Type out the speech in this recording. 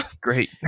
Great